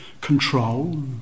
control